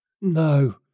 No